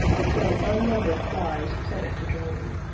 until unnumbered flies set it to droning,